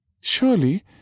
Surely